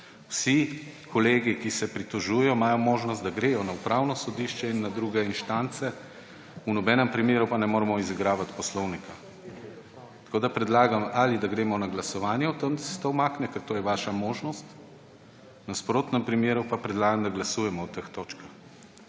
Vsi kolegi, ki se pritožujejo, imajo možnost, da gredo na Upravno sodišče in na druge inštance, v nobenem primeru pa ne moremo izigravati poslovnika. Predlagam, ali da gremo na glasovanje o tem, da se to umakne, ker to je vaša možnost, v nasprotnem primeru pa predlagam, da glasujemo o teh točkah.